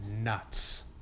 nuts